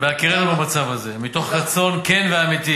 בהכירנו במצב הזה, ומתוך רצון כן ואמיתי